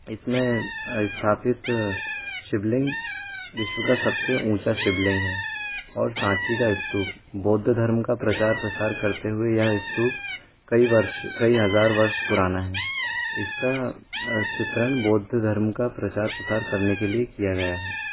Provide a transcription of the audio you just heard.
इसमें स्थापित शिवलिंग विश्व का सबसे ऊँचा शिवलिंग है और सांची का स्तूप बौद्ध धर्म का प्रचार प्रसार करते हुए यह स्तूप कई वर्ष कई हज़ार वर्ष पुराना है इसका चित्रण बौद्ध धर्म का प्रचार प्रसार करने के लिए किया गया है